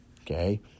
okay